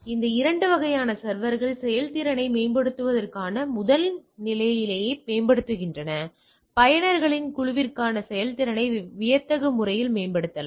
இந்த இரண்டு வகையான சர்வர்கள் செயல்திறனை மேம்படுத்துவதற்கான முதன்மைநிலையை மேம்படுத்துகின்றன பயனர்களின் குழுவிற்கான செயல்திறனை வியத்தகு முறையில் மேம்படுத்தலாம்